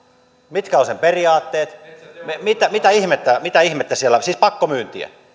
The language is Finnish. mitkä ovat sen periaatteet mitä ihmettä mitä ihmettä siellä on siis pakkomyyntiä